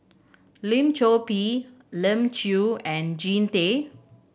Lim Chor Pee Elim Chew and Jean Tay